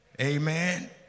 Amen